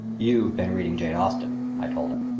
you've been reading jane austen, i told him.